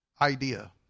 idea